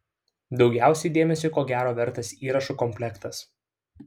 daugiausiai dėmesio ko gero vertas įrašų komplektas